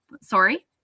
Sorry